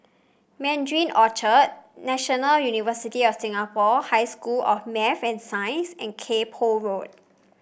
Mandarin Orchard National University of Singapore High School of Math and Science and Kay Poh Road